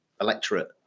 electorate